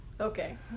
Okay